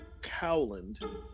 Cowland